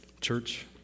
Church